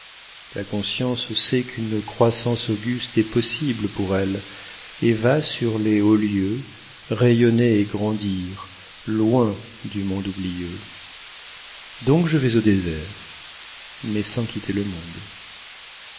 la conscience sait qu'une croissance auguste est possible pour elle et va sur les hauts lieux rayonner et grandir loin du monde oublieux donc je vais au désert mais sans quitter le monde